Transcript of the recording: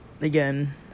again